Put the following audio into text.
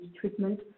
treatment